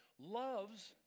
loves